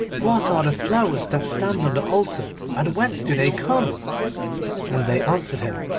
what are the flowers that stand on the altar, and whence do they come and they answered him,